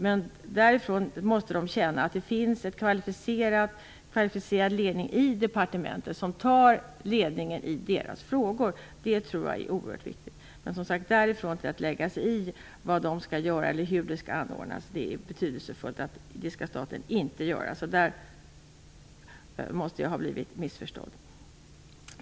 Men branschen måste känna att det finns en kvalificerad ledning i departementet som tar täten i dessa frågor. Det tror jag är oerhört viktigt. Det är, som sagt, betydelsefullt att staten inte lägger sig i vad eller hur branschen skall göra. Jag måste ha blivit missförstådd.